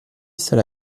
cell